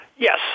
Yes